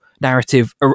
narrative